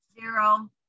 Zero